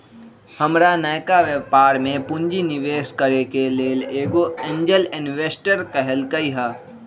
हमर नयका व्यापर में पूंजी निवेश करेके लेल एगो एंजेल इंवेस्टर कहलकै ह